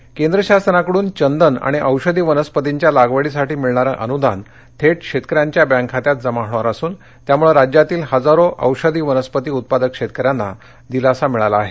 आयष अनदान केंद्र शासनाकडुन चंदन आणि औषधी वनस्पतींच्या लागवडीसाठी मिळणारं अनूदान थेट शेतकऱ्यांच्या बॅक खात्यात जमा होणार असून त्यामुळे राज्यातील हजारो औषधी वनस्पती उत्पादक शेतकऱ्यांना दिलासा मिळाला आहे